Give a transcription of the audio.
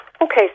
Okay